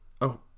Oh